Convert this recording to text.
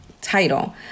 title